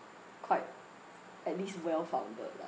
quite at least well funded lah